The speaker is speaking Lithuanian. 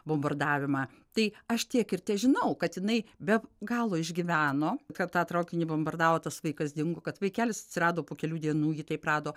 bombardavimą tai aš tiek ir težinau kad jinai be galo išgyveno kad tą traukinį bombardavo tas vaikas dingo kad vaikelis atsirado po kelių dienų ji taip rado